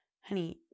honey